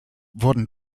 wurden